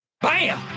BAM